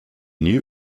new